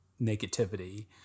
negativity